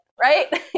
right